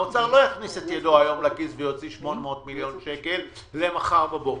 האוצר לא יכניס היום את ידו לכיס ויוציא 800 מיליון שקל למחר בבוקר.